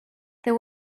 there